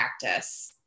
practice